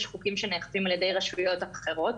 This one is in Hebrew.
יש חוקים שנאכפים על ידי רשויות אחרות.